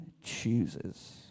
chooses